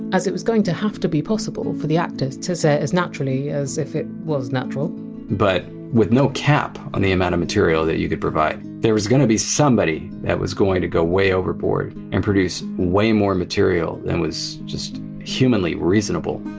as it was going to have to be possible for the actors to say it as naturally as if it was natural but with no cap on the amount of material that you could provide, there was gonna be somebody that was going to go way overboard and produce way more material than was just humanly reasonable.